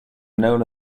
known